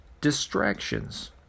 distractions